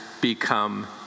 become